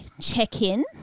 check-in